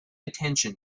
attention